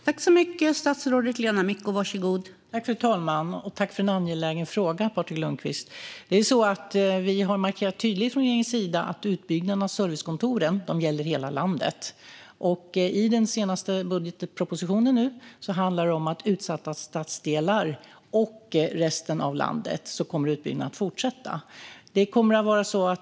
Fru talman! Tack för en angelägen fråga, Patrik Lundqvist! Vi har markerat tydligt från regeringens sida att utbyggnaden av servicekontoren gäller hela landet. I den senaste budgetpropositionen handlar det om att utbyggnaden kommer att fortsätta i utsatta stadsdelar och resten av landet.